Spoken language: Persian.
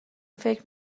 فکر